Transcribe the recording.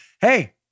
hey